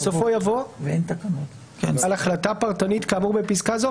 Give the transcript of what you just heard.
בסופו יבוא: "על החלטה פרטנית כאמור בפסקה זו